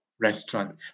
restaurant